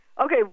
Okay